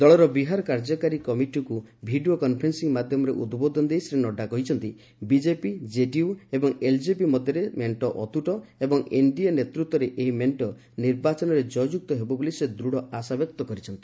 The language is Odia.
ଦଳର ବିହାର କାର୍ଯ୍ୟକାରୀ କମିଟିକୁ ଭିଡ଼ିଓ କନ୍ଫରେନ୍ସିଂ ମାଧ୍ୟମରେ ଉଦ୍ବୋଧନ ଦେଇ ଶ୍ରୀ ନଡ୍ଯା କହିଛନ୍ତି ବିକେପି କେଡିୟୁ ଓ ଏଲ୍ଜେପି ମଧ୍ୟରେ ମେଣ୍ଟ ଅତ୍ରୁଟ ଏବଂ ଏନ୍ଡିଏ ନେତୃତ୍ୱରେ ଏହି ମେଣ୍ଟ ନିର୍ବାଚନରେ କୟଯୁକ୍ତ ହେବ ବୋଲି ସେ ଦୂଢ଼ ଆଶା ବ୍ୟକ୍ତ କରିଛନ୍ତି